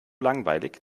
langweilig